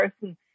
person